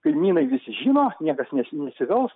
kaimynai visi žino niekas nes nesivels